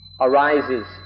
arises